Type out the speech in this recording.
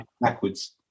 backwards